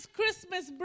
Christmas